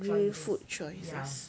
choices ya